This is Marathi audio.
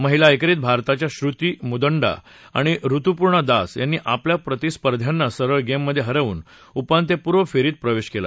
महिला एकेरीत भारताच्या श्रृती मुदंडा आणि ऋतूपर्णा दास यांनी आपल्या प्रतिस्पर्ध्यांना सरळ गेममधे हरवून उपांत्यपूर्वफेरीत प्रवेश केला